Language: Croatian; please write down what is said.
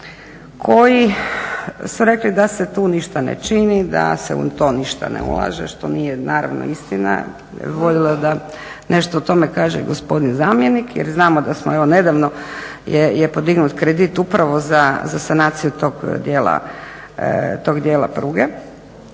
koji su rekli da se tu ništa ne čini, da se u to ništa ne ulaže što nije naravno istina. Ja bih voljela da nešto o tome kaže gospodin zamjenik jer znamo da smo evo nedavno je podignut kredit upravo za sanaciju tog djela pruge